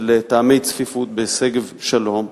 של טעמי צפיפות בשגב-שלום,